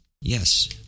yes